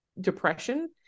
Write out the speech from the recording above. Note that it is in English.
depression